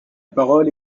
parole